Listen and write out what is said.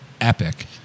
epic